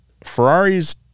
Ferrari's